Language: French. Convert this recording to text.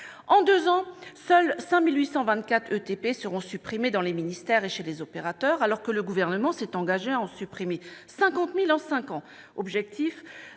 En deux ans, seuls 5 824 équivalents temps plein seront supprimés dans les ministères et chez les opérateurs, alors que le Gouvernement s'est engagé à en supprimer 50 000 en cinq ans.